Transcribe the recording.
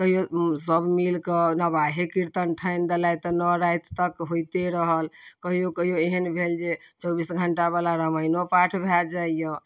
कहिओ सभ मिलकऽ नबाहे कीर्तन ठानि देलथि नओ राति तक होइते रहल कहिओ कहिओ एहन भेल जे चौबीस घण्टा बला रामायणो पाठ भए जाइए